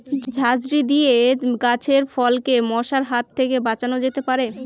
ঝাঁঝরি দিয়ে গাছের ফলকে মশার হাত থেকে বাঁচানো যেতে পারে?